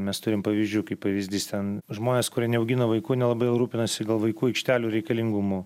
mes turim pavyzdžių kaip pavyzdys ten žmonės kurie neaugina vaikų nelabai rūpinasi gal vaikų aikštelių reikalingumu